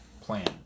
plan